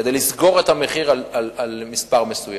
כדי לסגור את המחיר על מספר מסוים.